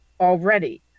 already